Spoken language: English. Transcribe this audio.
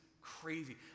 crazy